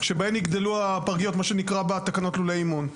מה שנקרא בתקנות לולי אימון.